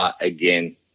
again